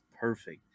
perfect